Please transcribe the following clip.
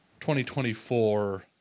2024